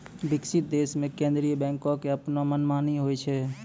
विकसित देशो मे केन्द्रीय बैंको के अपनो मनमानी होय छै